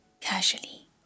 casually